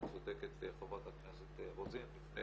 צודקת חברת הכנסת רוזין, נפנה